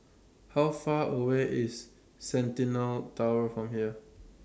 How Far away IS Centennial Tower from here